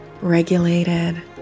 regulated